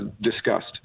discussed